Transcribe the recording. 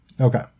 Okay